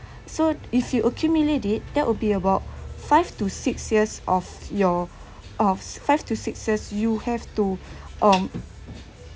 so if you accumulate it that would be about five to six years of your of five to six years you have to um